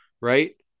right